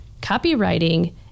copywriting